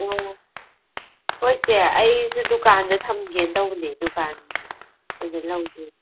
ꯑꯣ ꯍꯣꯏ ꯆꯦ ꯑꯩꯁꯨ ꯗꯨꯀꯥꯟꯗ ꯊꯝꯒꯦ ꯇꯧꯕꯅꯦ ꯗꯨꯀꯥꯟꯒꯤ ꯑꯗꯨ ꯂꯧꯒꯦ